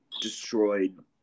destroyed